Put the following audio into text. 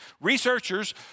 researchers